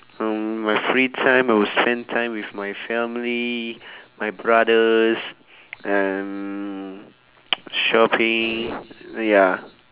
mm my free time I will spend time with my family my brothers and shopping ya